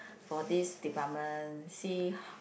for this department see